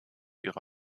ihre